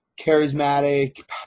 charismatic